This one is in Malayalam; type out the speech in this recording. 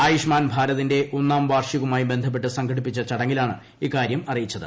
ആയുഷ്മാൻ ഭാരതിന്റെ ഒന്നാം വാർഷികവുമായി ബന്ധപ്പെട്ട് സംഘടിപ്പിച്ചു ചടങ്ങിലാണ് ഇക്കാര്യം അറിയിച്ചത്